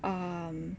um